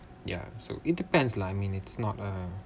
ya so it depends lah I mean it's not a